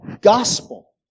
gospel